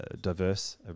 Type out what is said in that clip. diverse